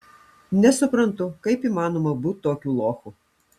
nesuprantu kaip įmanoma būt tokiu lochu